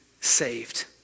saved